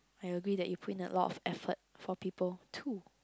I agree that you put in a lot of effort for people too